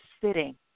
sitting